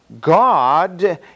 God